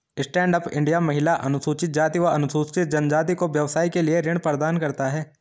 stand up India महिला, अनुसूचित जाति व अनुसूचित जनजाति को व्यवसाय के लिए ऋण प्रदान करता है